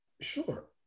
Sure